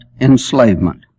enslavement